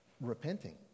repenting